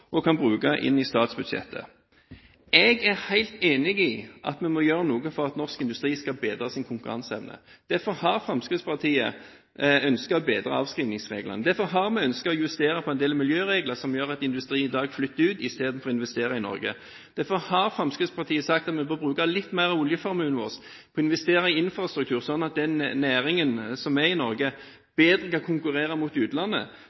og kan bruke i statsbudsjettet. Jeg er helt enig i at vi må gjøre noe for at norsk industri skal bedre sin konkurranseevne. Derfor har Fremskrittspartiet ønsket å bedre avskrivingsreglene. Derfor har vi ønsket å justere en del miljøregler, som gjør at industrien i dag flytter ut i stedet for å investere i Norge. Derfor har Fremskrittspartiet sagt at vi bør bruke litt mer av oljeformuen vår til å investere i infrastruktur, slik at den næringen som er i Norge, bedre kan konkurrere mot utlandet,